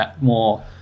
more